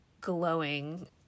glowing